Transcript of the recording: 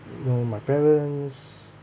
you know my parents